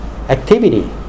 activity